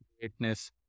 greatness